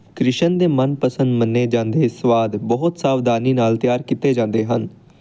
ਕ੍ਰਿਸ਼ਨ ਦੇ ਮਨਪਸੰਦ ਮੰਨੇ ਜਾਂਦੇ ਸਵਾਦ ਬਹੁਤ ਸਾਵਧਾਨੀ ਨਾਲ ਤਿਆਰ ਕੀਤੇ ਜਾਂਦੇ ਹਨ